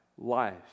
Life